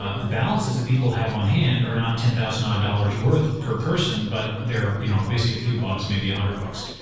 ah the balances of people have on hand are not ten thousand ah dollars worth per person, but they're you know basically a few bucks, maybe one ah hundred bucks.